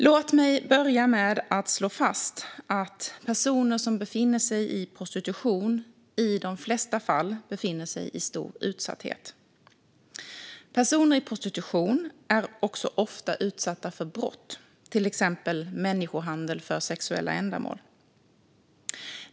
Låt mig börja med att slå fast att personer som befinner sig i prostitution i de flesta fall befinner sig i stor utsatthet. Personer i prostitution är också ofta utsatta för brott, till exempel människohandel för sexuella ändamål.